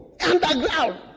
underground